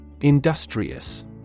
Industrious